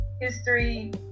history